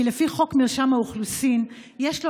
כי לפי חוק מרשם האוכלוסין יש לו